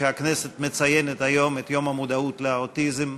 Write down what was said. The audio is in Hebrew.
שהכנסת מציינת היום את יום המודעות לאוטיזם,